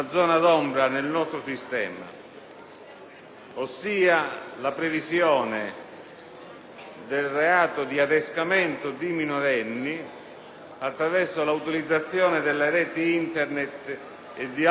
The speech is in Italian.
Mi riferisco al reato di adescamento di minorenni attraverso la utilizzazione della rete Internet o di altre reti o mezzi di comunicazione.